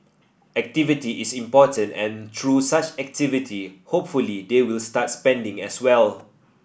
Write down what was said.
activity is important and through such activity hopefully they will start spending as well